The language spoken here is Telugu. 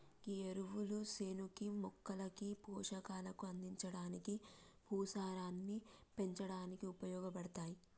గీ ఎరువులు సేనుకి మొక్కలకి పోషకాలు అందించడానికి, భూసారాన్ని పెంచడానికి ఉపయోగపడతాయి